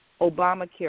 Obamacare